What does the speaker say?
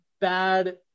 bad